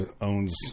owns